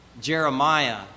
Jeremiah